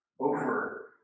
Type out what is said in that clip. over